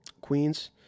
Queens